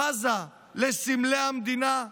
בזה לסמלי המדינה,